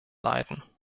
leiten